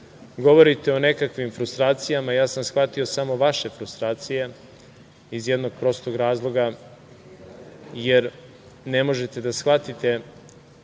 Govorite o nekakvim frustracijama, ja sam shvatio samo vaše frustracije iz jednog prostog razloga, jer ne možete da shvatite